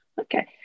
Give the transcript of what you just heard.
Okay